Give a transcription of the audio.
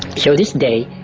so this day,